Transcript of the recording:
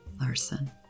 Larson